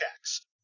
checks